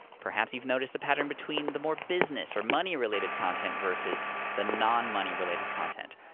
perhaps you've noticed a pattern between the more business or money-related content versus the non-money related content.